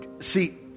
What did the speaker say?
See